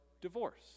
divorce